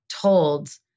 told